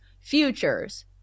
futures